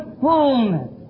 fullness